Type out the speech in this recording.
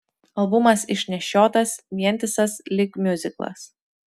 albumas išnešiotas vientisas lyg miuziklas